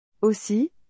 Aussi